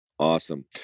Awesome